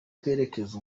kwerekeza